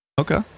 okay